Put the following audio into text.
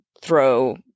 throw